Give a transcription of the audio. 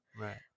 Right